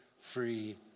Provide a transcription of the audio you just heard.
free